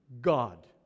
God